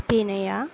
Abhinaya